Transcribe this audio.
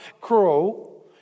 crow